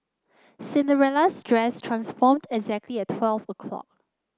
Cinderella's dress transformed exactly at twelve o'clock